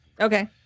Okay